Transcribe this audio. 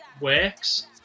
works